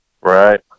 Right